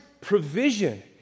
provision